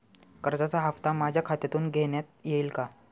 कर्जाचा हप्ता माझ्या खात्यातून घेण्यात येईल का?